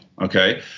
Okay